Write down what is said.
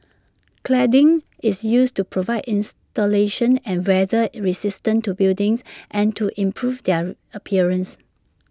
cladding is used to provide insulation and weather resistance to buildings and to improve their appearance